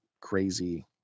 crazy